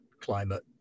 climate